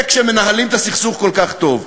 זה כשמנהלים את הסכסוך כל כך טוב.